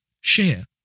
share